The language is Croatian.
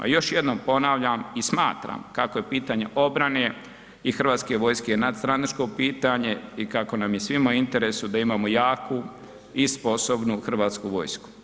Još jednom ponavljam i smatram kako je pitanje obrane i Hrvatske vojske nadstranačko pitanje i kako nam je svima u interesu da imamo jaku i sposobnu Hrvatsku vojsku.